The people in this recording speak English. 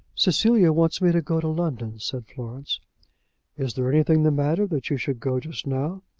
cecilia wants me to go to london, said florence is there anything the matter that you should go just now?